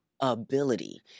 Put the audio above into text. ability